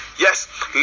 Yes